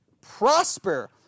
prosper